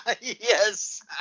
Yes